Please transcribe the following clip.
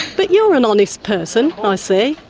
but you're an honest person, i say.